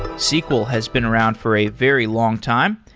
sql has been around for a very long time,